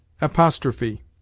APOSTROPHE